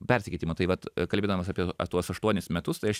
persikeitimą tai vat kalbėdamas apie tuos aštuonis metus tai aš